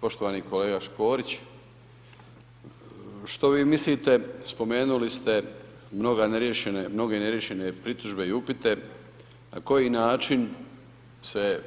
Poštovani kolega Škorić, što vi mislite, spomenuli ste mnoge neriješene pritužbe i upite, na koji način se